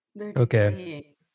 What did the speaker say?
Okay